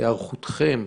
היערכותכם,